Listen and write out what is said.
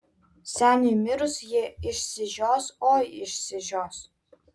seniui mirus jie išsižios oi išsižios